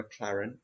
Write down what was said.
McLaren